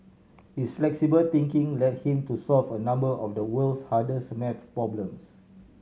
his flexible thinking led him to solve a number of the world's hardest math problems